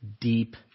deep